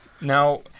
Now